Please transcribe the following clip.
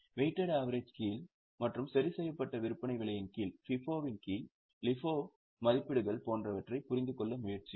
weighted average கீழ் மற்றும் சரிசெய்யப்பட்ட விற்பனை விலையின் கீழ் FIFO இன் கீழ் LIFO மதிப்பீடுகள் போன்றவைபுரிந்துகொள்ள முயற்சியுங்கள்